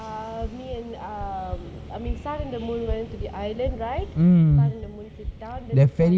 ah I mean I mean sun and the moon went to the island right அப்ப அந்த:appa andha moon திட்டாந்து:thittaanthu